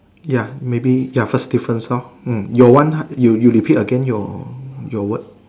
ya maybe ya first difference lor hmm your one you you repeat again your your word